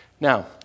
Now